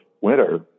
winter